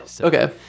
Okay